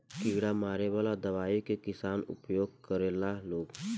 कीड़ा मारे वाला दवाई के किसान उपयोग करेला लोग